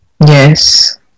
Yes